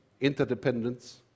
interdependence